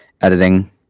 editing